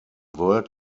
world